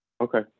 Okay